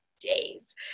days